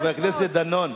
חבר הכנסת דנון,